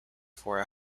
for